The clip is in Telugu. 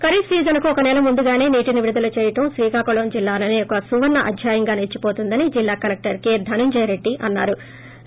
ఖరీఫ్ సీజన్ కు ఒక నెల ముందుగానే నీటిని విడుదల చేయడం శ్రీకాకుళం జిల్లాలోనే ఒక సువర్ణాధ్యాయంగా నిలిచిపోతుందని జిల్లా కలెక్టర్ ధనంజయరెడ్డి అన్నారు